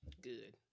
Good